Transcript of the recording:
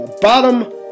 bottom